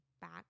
back